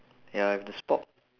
ya if the spork